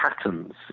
patterns